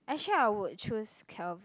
actually I would choose calv~